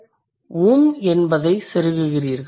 நீங்கள் 'um' என்பதைச் செருகுகிறீர்கள்